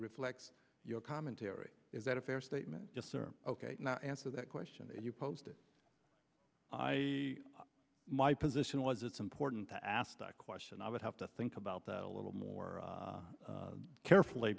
reflects your commentary is that a fair statement just sir ok now answer that question you posted i my position was it's important to ask the question i would have to think about that a little more carefully